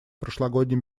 прошлогодней